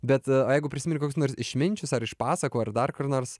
bet o jeigu prisimeni koks išminčius ar iš pasakų ar dar kur nors